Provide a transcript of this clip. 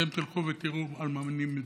אתם תלכו ותראו על מה אני מדבר: